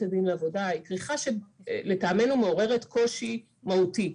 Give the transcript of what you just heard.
הדין לעבודה היא כריכה שלטעמנו מעוררת קושי מהותי.